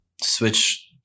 switch